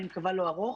אני מקווה לא ארוך.